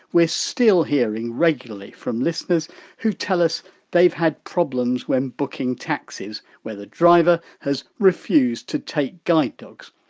we're still hearing, regularly, from listeners who tell us they've had problems when booking taxis, where the driver has refused to take guide dogs.